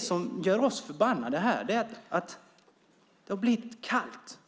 som gör oss förbannade är att det har blivit kallt.